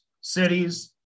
cities